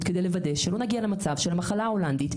כדי לוודא שלא נגיע למצב של המחלה ההולנדית,